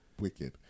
Wicked